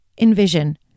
envision